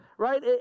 Right